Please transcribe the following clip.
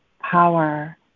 power